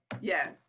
yes